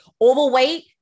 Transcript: Overweight